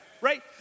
Right